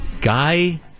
Guy